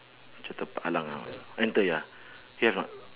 macam tempat halang enter ya you have or not